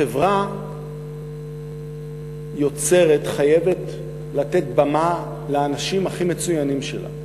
חברה יוצרת חייבת לתת במה לאנשים הכי מצוינים שלה,